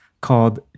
called